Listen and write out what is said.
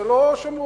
זה לא שמור,